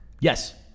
Yes